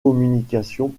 communication